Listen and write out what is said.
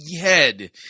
head